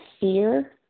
fear